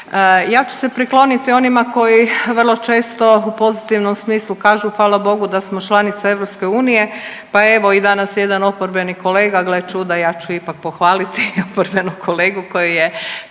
Ja ću se prikloniti onima koji vrlo često u pozitivnom smislu kažu hvala Bogu da smo članica EU, pa evo i danas jedan oporbeni kolega, gle čuda ja ću ipak pohvaliti oporbenog kolegu koji je